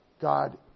God